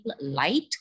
light